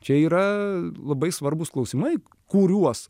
čia yra labai svarbūs klausimai kuriuos